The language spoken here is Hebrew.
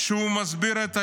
שהוא מסביר את ההיגיון,